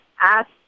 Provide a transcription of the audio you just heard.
ask